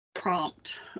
prompt